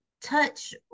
touch